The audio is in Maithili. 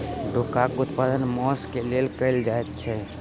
डोकाक उत्पादन मौंस क लेल कयल जाइत छै